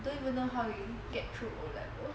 I don't even know how we get through O-level